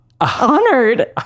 honored